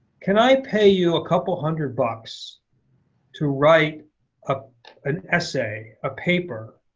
can i pay you a couple hundred bucks to write ah an essay, a paper,